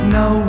no